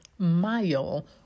Mile